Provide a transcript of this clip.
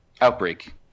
outbreak